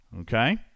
Okay